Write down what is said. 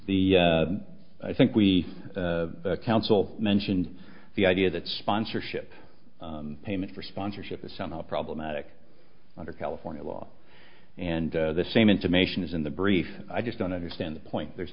e i think we counsel mentioned the idea that sponsorship payment for sponsorship is somehow problematic under california law and the same intimation is in the briefs i just don't understand the point there's